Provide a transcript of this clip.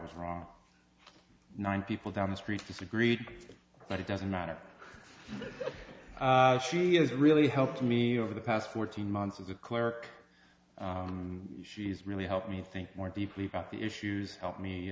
was wrong nine people down the street disagreed but it doesn't matter she has really helped me over the past fourteen months as a clerk and she's really helped me think more deeply about the issues help me